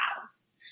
house